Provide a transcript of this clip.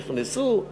נכנסו.